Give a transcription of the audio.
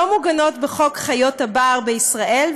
לא מוגנות בחוק חיות הבר בישראל,